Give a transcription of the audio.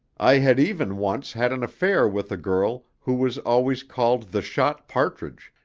i had even once had an affair with a girl who was always called the shot partridge,